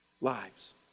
lives